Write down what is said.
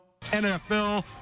NFL